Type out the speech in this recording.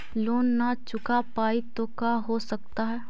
Loan न चुका पाई तो का हो सकता है?